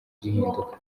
gihinduka